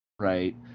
right